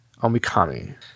Omikami